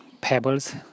pebbles